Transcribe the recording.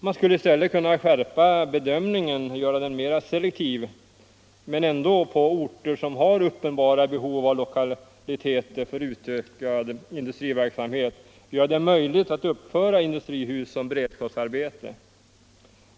Man skulle i stället kunna skärpa bedömningen och göra den mera selektiv, men ändå göra det möjligt att uppföra industrihus som beredskapsarbeten på orter som har uppenbara behov av lokaliteter för utökad industriverksamhet.